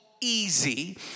easy